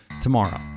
tomorrow